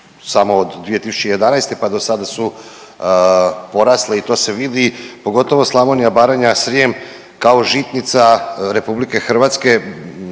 samo od 2011. pa do sada su porasle i to se vidi pogotovo Slavonija, Baranja, Srijem kao žitnica RH područje